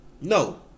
no